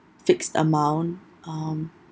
fixed amount um